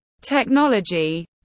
technology